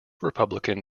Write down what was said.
republican